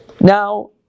Now